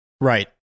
Right